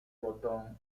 botón